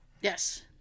Yes